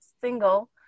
single